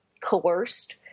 coerced